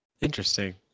Interesting